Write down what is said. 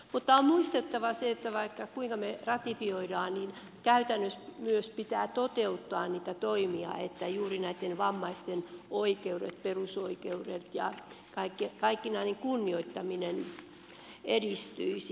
mutta on muistettava se että vaikka kuinka me ratifioimme niin käytännössä myös pitää toteuttaa niitä toimia että juuri näitten vammaisten oikeudet perusoikeudet ja kaikkinainen kunnioittaminen edistyisivät